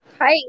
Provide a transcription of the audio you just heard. Hi